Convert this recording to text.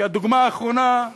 כי הדוגמה האחרונה,